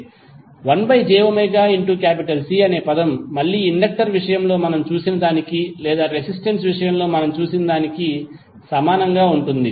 1jωC అనే పదం మళ్ళీ ఇండక్టర్ విషయంలో మనం చూసిన దానికి లేదా రెసిస్టెన్స్ విషయంలో మనం చూసినదానికి సమానంగా ఉంటుంది